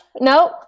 nope